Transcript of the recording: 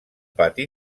pati